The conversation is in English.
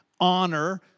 honor